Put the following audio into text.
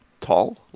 tall